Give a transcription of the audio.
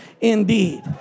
indeed